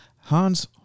Hans